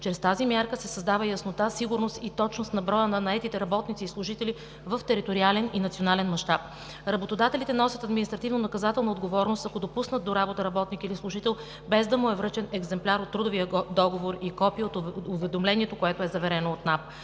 Чрез тази мярка се създава яснота, сигурност и точност на броя на наетите работници и служители в териториален и национален мащаб. Работодателите носят административнонаказателна отговорност, ако допуснат до работа работник или служител, без да му е връчен екземпляр от трудовия договор и копие от уведомлението, което е заверено от НАП.